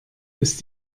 ist